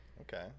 Okay